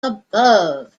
above